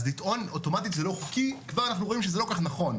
אז לטעון אוטומטית 'זה לא חוקי' כבר אנחנו רואים שזה לא כל כך נכון.